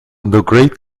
great